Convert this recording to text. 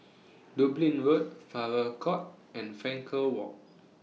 Dublin Road Farrer Court and Frankel Walk